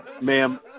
ma'am